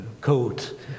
coat